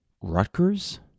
Rutgers